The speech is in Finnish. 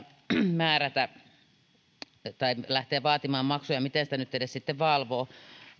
määrätä tai lähteä vaatimaan maksuja miten sitä edes sitten valvoo